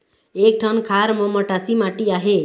एक ठन खार म मटासी माटी आहे?